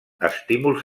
estímuls